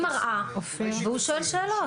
היא מראה, והוא שואל שאלות.